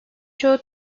çoğu